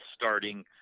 starting